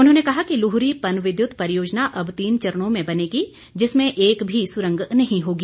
उन्होंने कहा कि लूहरी पनविद्युत परियोजना अब तीन चरणों में बनेगी जिसमें एक भी सुरंग नहीं होगी